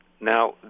Now